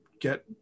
get